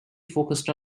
focused